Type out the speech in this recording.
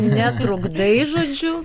netrukdai žodžiu